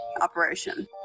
operation